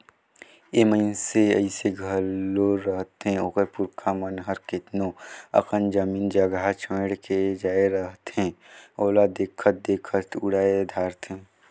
ए मइनसे अइसे घलो रहथें ओकर पुरखा मन हर केतनो अकन जमीन जगहा छोंएड़ के जाए रहथें ओला देखत देखत उड़ाए धारथें